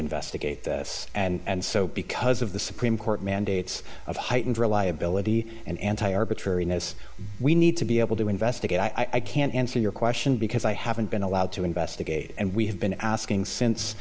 investigate this and so because of the supreme court mandates of heightened reliability and anti arbitrariness we need to be able to investigate i can't answer your question because i haven't been allowed to investigate and we have been asking since